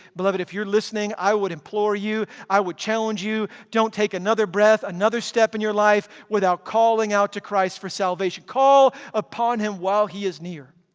beloved if you're listening, i would implore you, i would challenge you, don't take another breath, another step in your life without calling out to christ for salvation. call upon him while he is near.